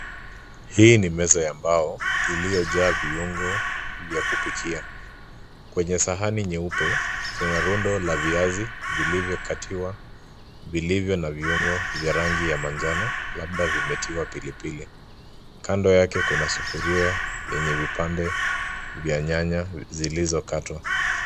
Hii ni meza ya mbao iliyojaa viungo vya kupikia kwenye sahani nyeupe kuna rundo la viazi vilivyokatiwa vilivyo na viungo vya rangi ya manjano na pia vimetiwa pilipili, kando yake kuna sufuria yenye imetiwa vipande vya nyanya zilizokatwa.